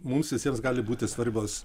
mums visiems gali būti svarbios